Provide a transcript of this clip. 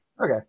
okay